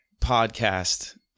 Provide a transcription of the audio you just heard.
podcast